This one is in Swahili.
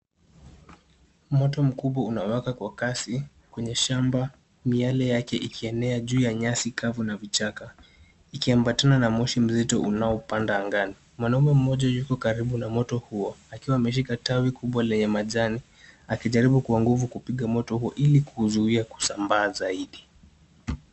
Moto mkubwa unawaka kwa kasi kwenye shamba miale yake ikienea juu ya nyasi kavu na vichaka ikiambatana na moshi mzito unaopanda angani. Mwanaume mmoja yupo karibu na moto huo akiwa ameshika tawi kubwa lenye majani akijaribu kwa nguvu kupiga moto huo ili kuuzuia kusambaa zaidi.